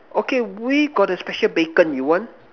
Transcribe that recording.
okay we got the special bacon you want